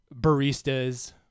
baristas